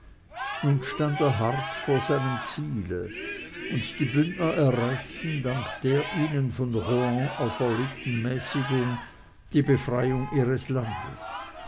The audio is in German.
nun stand er hart vor seinem ziele und die bündner erreichten dank der ihnen von rohan auferlegten mäßigung die befreiung ihres landes